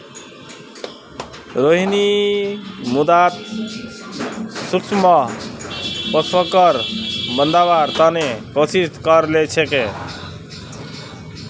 रोहिणी मृदात सूक्ष्म पोषकक बढ़व्वार त न कोशिश क र छेक